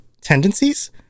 tendencies